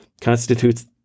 constitutes